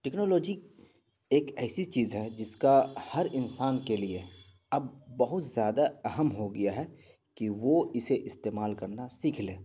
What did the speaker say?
technology ایک ایسی چیز ہے جس کا ہر انسان کے لیے اب بہت زیادہ اہم ہو گیا ہے کہ وہ اسے استعمال کرنا سیکھ لے